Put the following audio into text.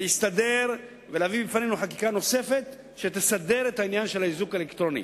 להסתדר ולהביא בפנינו חקיקה נוספת שתסדר את העניין של האיזוק האלקטרוני.